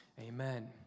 Amen